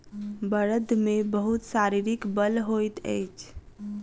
बड़द मे बहुत शारीरिक बल होइत अछि